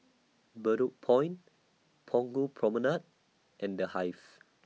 Bedok Point Punggol Promenade and The Hive